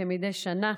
כמדי שנה,